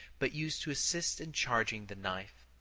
but use to assist in charging the knife.